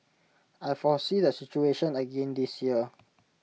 I foresee the situation again this year